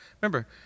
Remember